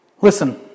Listen